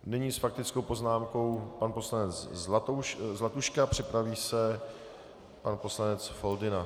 Nyní s faktickou poznámkou pan poslanec Zlatuška, připraví se pan poslanec Foldyna.